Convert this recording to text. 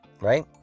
Right